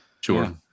Sure